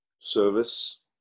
service